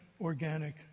organic